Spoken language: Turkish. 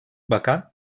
bakan